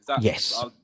Yes